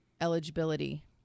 eligibility